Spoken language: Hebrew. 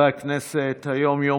דברי הכנסת חוברת י"א ישיבה פ"ז הישיבה